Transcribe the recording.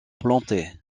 plantés